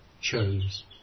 chose